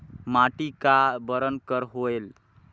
माटी का बरन कर होयल?